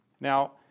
Now